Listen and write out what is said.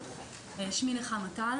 שמי נחמה טל